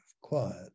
quiet